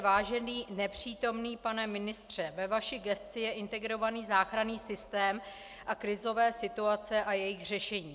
Vážený nepřítomný pane ministře, ve vaší gesci je integrovaný záchranný systém a krizové situace a jejich řešení.